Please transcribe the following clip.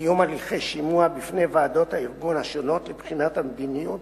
קיום הליכי שימוע בפני ועדות הארגון השונות מבחינת המדיניות